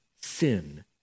sin